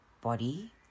body